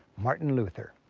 martin luther.